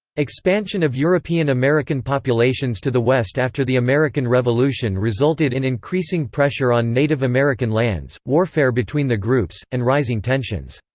expansion of european-american populations to the west after the american revolution resulted in increasing pressure on native american lands, warfare between the groups, and rising tensions.